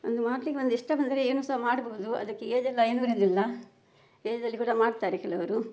ಒಂದು ಮಾತಿಗೆ ಒಂದು ಇಷ್ಟ ಬಂದರೆ ಏನೂ ಸಹ ಮಾಡ್ಬೋದು ಅದಕ್ಕೆ ಏಜ್ ಎಲ್ಲ ಏನೂ ಇರೋದಿಲ್ಲ ಏಜಲ್ಲಿ ಕೂಡ ಮಾಡ್ತಾರೆ ಕೆಲವರು